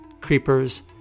creepers